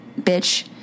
bitch